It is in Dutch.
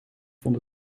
vond